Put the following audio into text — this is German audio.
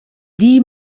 die